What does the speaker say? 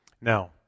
Now